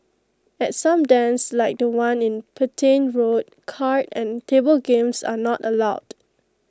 at some dens like The One in Petain road card and table games are not allowed